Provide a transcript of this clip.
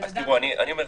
אז תראו, אני אומר: